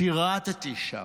שירתי שם.